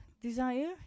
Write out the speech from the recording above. desire